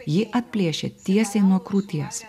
jį atplėšė tiesiai nuo krūties